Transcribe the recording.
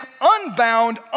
unbound